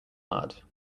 mud